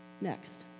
Next